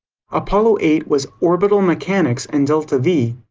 apollo eight was orbital mechanics and delta-vee.